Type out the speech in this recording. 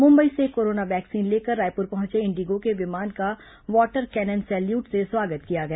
मुंबई से corona vaccine लेकर रायपुर पहुंचे इंडिगो के विमान का वाटर कैनन सैल्यूट से स्वागत किया गया